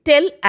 Tell